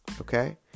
okay